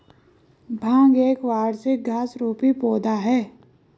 भांग एक वार्षिक घास रुपी पौधा होता है